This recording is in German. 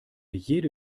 jede